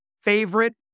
favorite